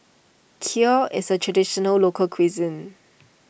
Kheer is a Traditional Local Cuisine